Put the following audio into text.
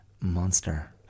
monster